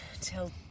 till